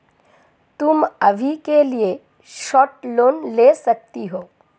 तुम अभी के लिए शॉर्ट लोन ले सकते हो